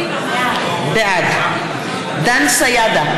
בעד דן סידה,